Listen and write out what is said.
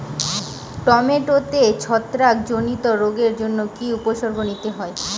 টমেটোতে ছত্রাক জনিত রোগের জন্য কি উপসর্গ নিতে হয়?